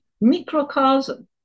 microcosm